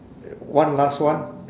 one last one